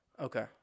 okay